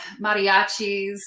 mariachis